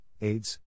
AIDS